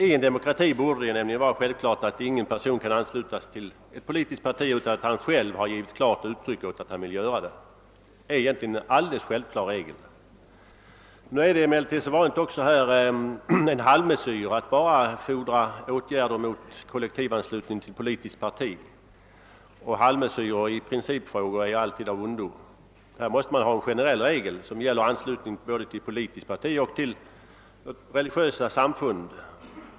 I en demokrati borde ingen person kunna anslutas till ett politiskt parti utan att han själv har givit klart uttryck åt att han vill det; det är en alldeles naturlig regel. Att fordra åtgärder bara mot kollektivanslutning till politiskt parti är emellertid — också som vanligt — en halvmesyr, och halvmesyrer i principfrågor är alltid av ondo. Man måste ha en generell regel som gäller kollektivanslutning både till politiskt parti och till religiösa samfund.